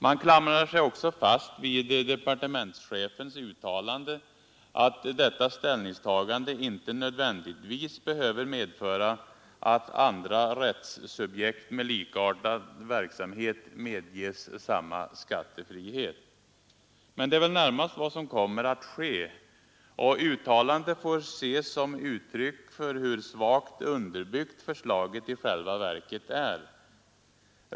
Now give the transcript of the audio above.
Man klamrar sig också fast vid departementschefens uttalande att detta ställningstagande inte nödvändigtvis behöver medföra att andra rättssubjekt med likartad verksamhet medges samma skattefrihet. Men det är väl närmast vad som kommer att ske, och uttalandet får ses som uttryck för hur svagt underbyggt förslaget i själva verket är.